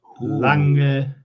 Lange